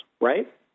right